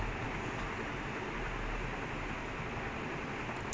ya ya